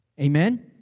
Amen